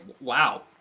wow